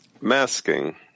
Masking